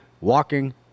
walking